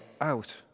out